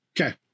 Okay